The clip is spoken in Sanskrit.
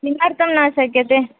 किमर्थं न शक्यते